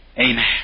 Amen